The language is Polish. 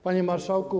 Panie Marszałku!